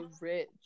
rich